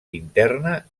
interna